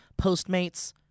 Postmates